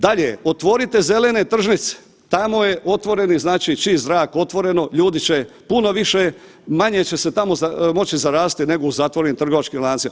Dakle, dalje, otvorite zelene tržnice, tamo je otvoreni, znači čist zrak, otvoreno, ljudi će puno više, manje će se tamo moći zaraziti nego u zatvorenim trgovačkim lancima.